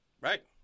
Right